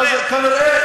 אז כנראה,